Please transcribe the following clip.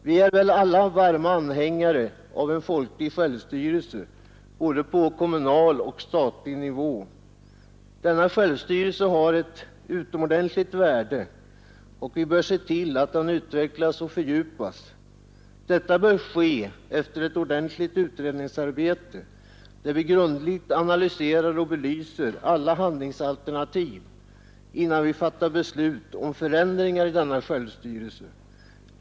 Vi är väl alla varma anhängare av en folklig självstyrelse både på kommunal och på statlig nivå. Denna självstyrelse har ett utomordentligt värde, och vi bör se till att den utvecklas och fördjupas. Det bör dock ske efter ett ordentligt utredningsarbete, där vi grundligt analyserar och belyser alla handlingsalternativ innan vi fattar beslut om förändringar i denna självstyrelse.